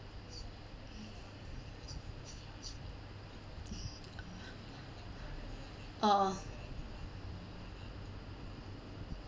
oh